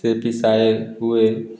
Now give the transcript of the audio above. पीसे पिसाए हुए